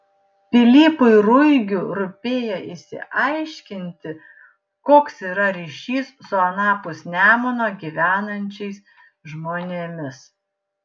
pilypui ruigiu rūpėjo išsiaiškinti koks yra ryšys su anapus nemuno gyvenančiais žmonėmis